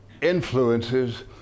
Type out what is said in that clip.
influences